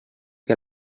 que